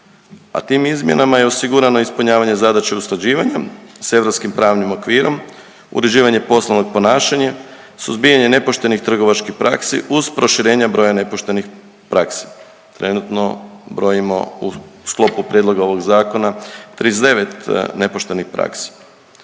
a tim izmjenama je osigurano ispunjavanje zadaće usklađivanja s europskim pravnim okvirom, uređivanje poslovnog ponašanja, suzbijanje nepoštenih trgovačkih praksi uz proširenje broja nepoštenih praksi. Trenutno brojimo u sklopu prijedloga ovog zakona 39 nepoštenih praksi.